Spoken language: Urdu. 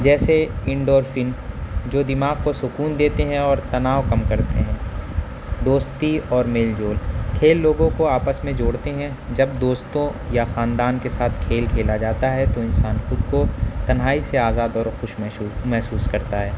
جیسے انڈورفن جو دماغ کو سکون دیتے ہیں اور تناؤ کم کرتے ہیں دوستی اور میل جول کھیل لوگوں کو آپس میں جوڑتے ہیں جب دوستوں یا خاندان کے ساتھ کھیل کھیلا جاتا ہے تو انسان خود کو تنہائی سے آزاد اور خوش محسوس محسوس کرتا ہے